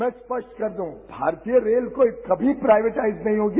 मैं स्पष्ट कर दूं भारतीय रेल कभी प्राइवेटाइज नहीं होगी